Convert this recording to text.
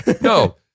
no